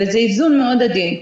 וזה איזון מאוד עדין.